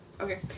okay